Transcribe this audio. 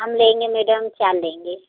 हम लेंगें मैडम चार लेंगे